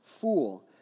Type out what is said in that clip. fool